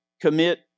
commit